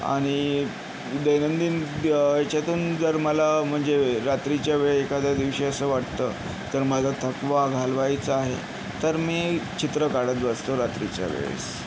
आणि दैनंदिन द् याच्यातून जर मला म्हणजे रात्रीच्या वेळी एखाद्या दिवशी असं वाटतं तर माझा थकवा घालवायचा आहे तर मी चित्र काढत बसतो रात्रीच्या वेळेस